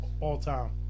all-time